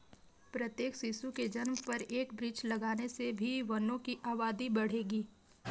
प्रत्येक शिशु के जन्म पर एक वृक्ष लगाने से भी वनों की आबादी बढ़ेगी